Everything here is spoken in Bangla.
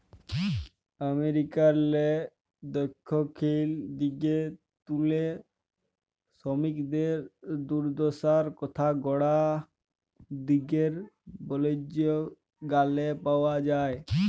আমেরিকারলে দখ্খিল দিগে তুলে সমিকদের দুদ্দশার কথা গড়া দিগের বল্জ গালে পাউয়া যায়